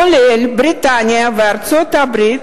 כולל בריטניה וארצות-הברית,